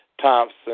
Thompson